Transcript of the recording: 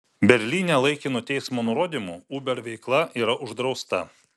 berlyne laikinu teismo nurodymu uber veikla yra uždrausta